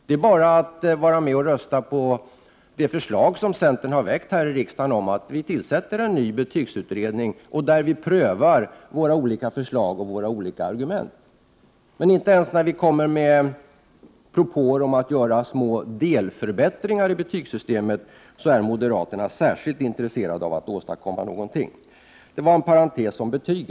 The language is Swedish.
Detta kan åstadkommas genom att rösta för det förslag som centern har väckt här i riksdagen om att en ny betygsutredning skall tillsättas, där man prövar våra olika förslag och våra olika argument. Men inte ens när vi från centern kommer med propåer om att göra små delförbättringar av betygssystemet är moderaterna särskilt intresserade av att åstadkomma någonting. Detta var parentetiskt sagt om betyg.